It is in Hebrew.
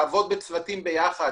לעבוד בצוותים ביחד,